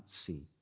see